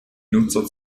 nutzer